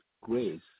grace